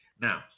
Now